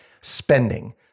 spending